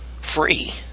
free